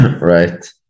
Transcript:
Right